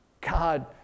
God